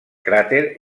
cràter